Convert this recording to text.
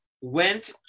went